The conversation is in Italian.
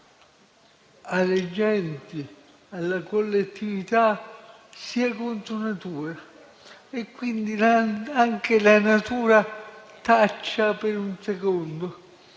alle genti, alla collettività, sia contro natura e quindi anche la natura taccia per un secondo.